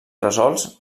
resolts